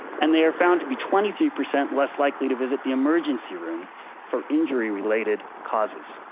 and they are found to be twenty three percent less likely to visit the emergency room for injury related causes.